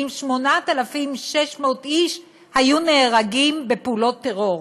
אם 8,600 איש היו נהרגים בפעולות טרור,